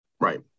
right